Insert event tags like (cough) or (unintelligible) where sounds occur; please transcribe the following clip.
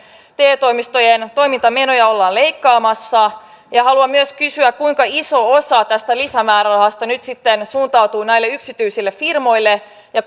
te toimistojen toimintamenoja ollaan leikkaamassa haluan myös kysyä kuinka iso osa tästä lisämäärärahasta nyt sitten suuntautuu näille yksityisille firmoille ja (unintelligible)